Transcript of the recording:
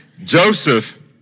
Joseph